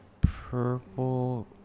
Purple